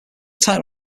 title